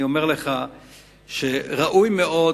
אני אומר לך שראוי מאוד,